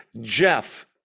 Jeff